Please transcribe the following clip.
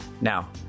Now